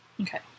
Okay